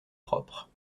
propre